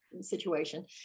situation